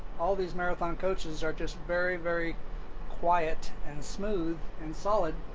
all these marathon coaches are just very, very quiet and smooth and solid.